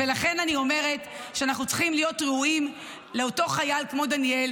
ולכן אני אומרת שאנחנו צריכים להיות ראויים לאותו חייל כמו דניאל